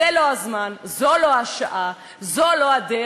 זה לא הזמן, זו לא השעה, זו לא הדרך.